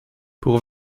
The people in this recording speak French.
pour